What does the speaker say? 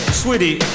Sweetie